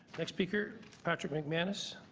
next speaker patrick mcmanus.